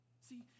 See